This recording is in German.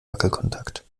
wackelkontakt